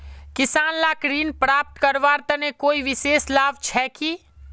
किसान लाक ऋण प्राप्त करवार तने कोई विशेष लाभ छे कि?